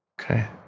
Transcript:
Okay